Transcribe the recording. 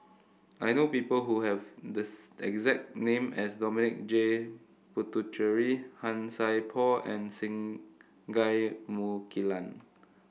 I know people who have the exact name as Dominic J Puthucheary Han Sai Por and Singai Mukilan